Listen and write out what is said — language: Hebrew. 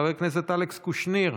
חבר הכנסת אלכס קושניר,